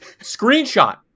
screenshot